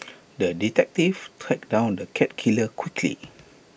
the detective tracked down the cat killer quickly